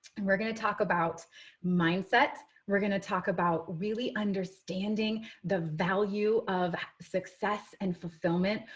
and we're going to talk about mindset. we're going to talk about really understanding the value of success and fulfillment.